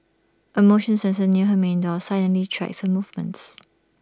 A motion sensor near her main door silently tracks her movements